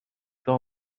pain